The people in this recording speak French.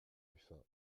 ruffin